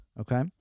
Okay